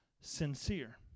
sincere